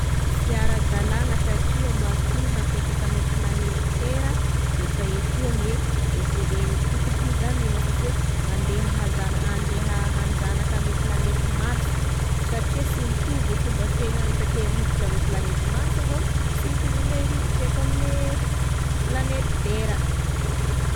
Sy ara-dalagna satria matoa napetraka ame planety tera defa etoa gne ef- ed e tokony hizagnona fa sy hoe andeha hazan- andeha hanjanaka any ame planety marsa satria sy mitovy e fomba fianany satria gne rivotry ame planety marsa zao sy hitovy ame rivotry ame planety tera.